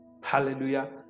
Hallelujah